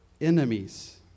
enemies